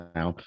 now